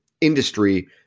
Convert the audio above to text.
industry